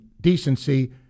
decency